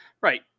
Right